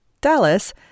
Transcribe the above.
Dallas